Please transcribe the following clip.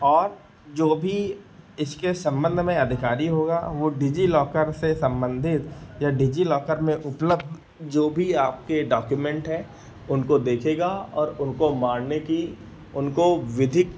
और जो भी इसके सम्बन्ध में अधिकारी होगा वह डिज़िलॉकर से सम्बन्धित या डिज़िलॉकर में उपलब्ध जो भी आपके डॉक्यूमेन्ट हैं उनको देखेगा और उनको मानने की उनको विधिक